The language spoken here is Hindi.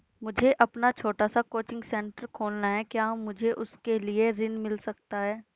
मुझे अपना छोटा सा कोचिंग सेंटर खोलना है क्या मुझे उसके लिए ऋण मिल सकता है?